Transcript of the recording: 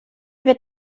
wird